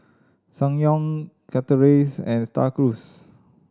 Ssangyong Chateraise and Star Cruise